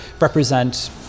represent